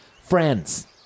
friends